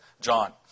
John